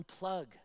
Unplug